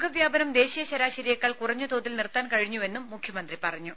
രോഗവ്യാപനം ദേശീയ ശരാശരിയേക്കാൾ കുറഞ്ഞ തോതിൽ നിർത്താൻ കഴിഞ്ഞൂവെന്നും മുഖ്യമന്ത്രി പറഞ്ഞു